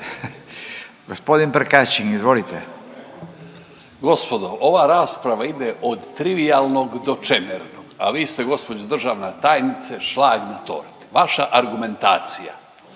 **Prkačin, Ante (HRB)** Gospodo, ova rasprava ide od trivijalnog do čemernog, a vi ste gđo. državna tajnice šlag na torti. Vaša argumentacija